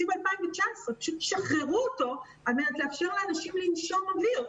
2019. שחררו אותו על מנת לאפשר לאנשים לנשום אוויר.